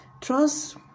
Trust